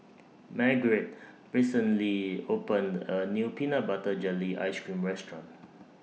Margurite recently opened A New Peanut Butter Jelly Ice Cream Restaurant